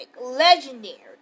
legendary